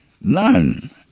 None